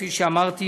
כפי שאמרתי,